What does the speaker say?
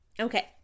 Okay